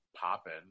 popping